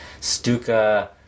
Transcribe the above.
Stuka